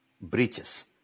breaches